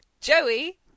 Joey